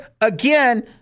Again